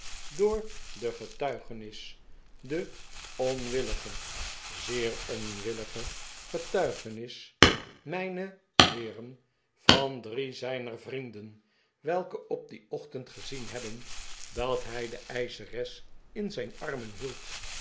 door de getuigenis de onwillige zeer onwillige getuigenis mijne heeren van drie zijner vrienden welke op dien ochtend gezien hebben dat hij de eischeres in zijn armen hield